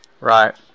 Right